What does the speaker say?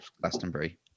Glastonbury